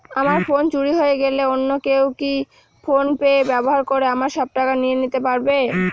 আমার ফোন চুরি হয়ে গেলে অন্য কেউ কি ফোন পে ব্যবহার করে আমার সব টাকা নিয়ে নিতে পারবে?